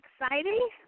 exciting